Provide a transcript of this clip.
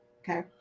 Okay